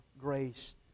grace